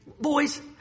Boys